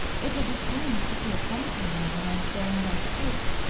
it will be strange to see a plum-tree on my head, bearing ripe fruit.